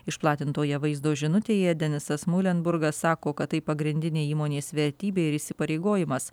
išplatintoje vaizdo žinutėje denisas mulenburgas sako kad tai pagrindinė įmonės vertybė ir įsipareigojimas